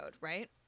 Right